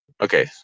Okay